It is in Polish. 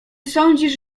sądzisz